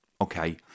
okay